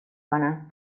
کنم